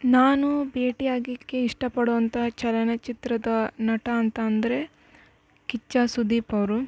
ನಾನು ಭೇಟಿಯಾಗ್ಲಿಕ್ಕೆ ಇಷ್ಟಪಡುವಂಥ ಚಲನಚಿತ್ರದ ನಟ ಅಂತ ಅಂದರೆ ಕಿಚ್ಚ ಸುದೀಪ್ ಅವರು